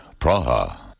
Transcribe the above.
Praha